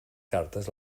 cartes